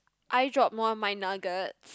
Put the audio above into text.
eye drop more on my nuggets